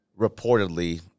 reportedly